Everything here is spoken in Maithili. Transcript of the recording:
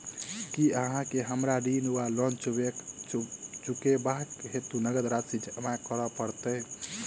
की अहाँ केँ हमरा ऋण वा लोन चुकेबाक हेतु नगद राशि जमा करऽ पड़त?